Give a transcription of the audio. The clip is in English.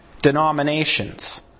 denominations